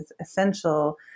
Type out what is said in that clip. essential